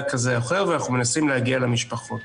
כזה או אחר ואנחנו מנסים להגיע למשפחות.